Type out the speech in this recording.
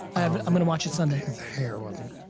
i'm gonna watch it sunday. his hair wasn't.